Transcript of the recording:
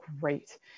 great